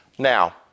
Now